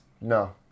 No